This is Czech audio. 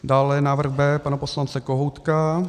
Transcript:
Dále návrh B pana poslance Kohoutka.